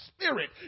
spirit